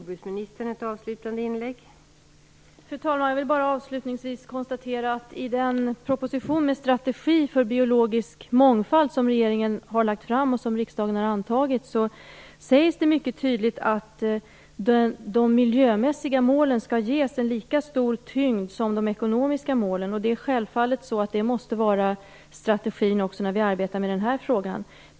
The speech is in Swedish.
Fru talman! Jag vill bara avslutningsvis konstatera att det i den proposition med strategi för biologisk mångfald som regeringen har lagt fram och som riksdagen har antagit sägs mycket tydligt att de miljömässiga målen skall ges en lika stor tyngd som de ekonomiska målen. Det måste självfallet vara strategin också när vi arbetar med den här frågan.